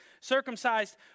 circumcised